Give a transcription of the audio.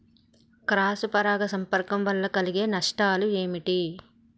Cross పరాగ సంపర్కం వల్ల కలిగే నష్టాలు ఏమిటి?